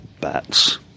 bats